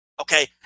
Okay